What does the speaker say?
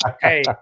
Hey